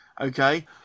Okay